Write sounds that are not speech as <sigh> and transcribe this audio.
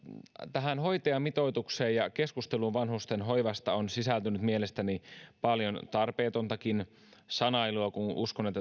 tähän hoitajamitoitukseen ja keskusteluun vanhustenhoivasta on sisältynyt mielestäni paljon tarpeetontakin sanailua kun uskon että <unintelligible>